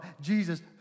Jesus